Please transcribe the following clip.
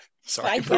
sorry